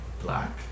Black